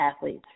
athletes